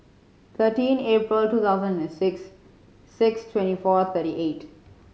thirteen April two thousand and six six twenty four thirty eight